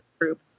group